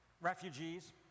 Refugees